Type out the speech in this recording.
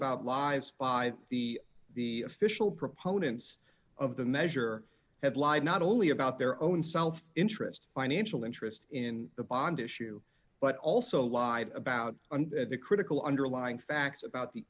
about lies by the the official proponents of the measure had lied not only about their own self interest financial interest in the bond issue but also lied about the critical underlying facts about the